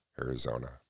Arizona